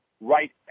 right